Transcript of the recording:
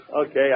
Okay